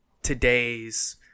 today's